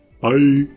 Bye